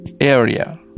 area